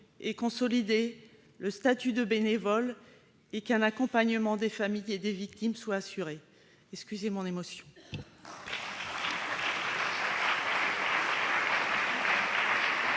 et consolidé le statut de bénévole et qu'un accompagnement des familles des victimes soit assuré. Je vous prie